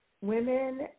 Women